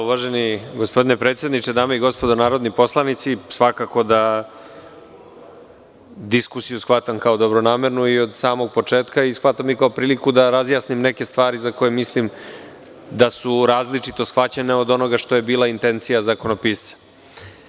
Uvaženi gospodine predsedniče, dame i gospodo narodni poslanici, svakako da diskusiju shvatam kao dobronamernu od samog početka i shvatam i kao priliku da razjasnim neke stvari za koje mislim da su različito shvaćene od onoga što je bila intencija zakonopisca.